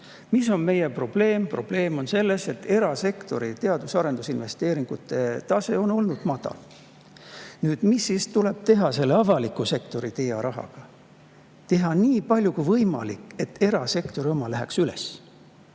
Milles on meie probleem? Probleem on selles, et erasektori teadus‑ ja arendusinvesteeringute tase on olnud madal. Mis siis tuleb teha selle avaliku sektori TA‑rahaga? Tuleb teha nii palju kui võimalik selleks, et erasektori [osa] läheks üles.